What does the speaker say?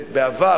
בעבר,